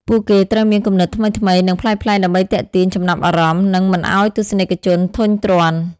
ពួកគេត្រូវមានគំនិតថ្មីៗ និងប្លែកៗដើម្បីទាក់ទាញចំណាប់អារម្មណ៍ និងមិនឱ្យទស្សនិកជនធុញទ្រាន់។